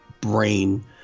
brain